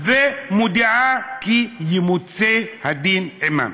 ומודיעה כי ימוצה הדין עימם".